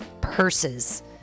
purses